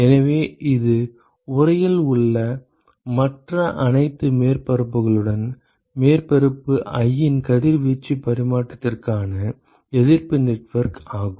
எனவே இது உறையில் உள்ள மற்ற அனைத்து மேற்பரப்புகளுடன் மேற்பரப்பு i இன் கதிர்வீச்சு பரிமாற்றத்திற்கான எதிர்ப்பு நெட்வொர்க் ஆகும்